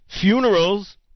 Funerals